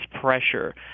pressure